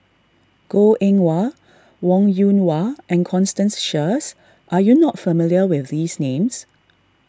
Goh Eng Wah Wong Yoon Wah and Constance Sheares are you not familiar with these names